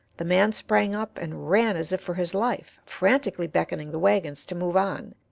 the man sprang up, and ran as if for his life, frantically beckoning the wagons to move on,